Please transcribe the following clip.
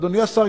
אדוני השר,